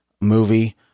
movie